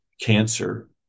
cancer